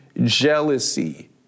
jealousy